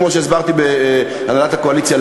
כמו שהסברתי בהנהלת הקואליציה,